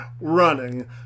running